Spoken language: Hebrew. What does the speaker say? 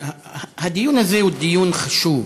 הדיון הזה הוא דיון חשוב.